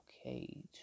okay